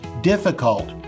difficult